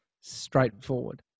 straightforward